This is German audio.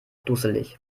dusselig